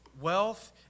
Wealth